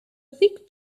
thick